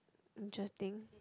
interesting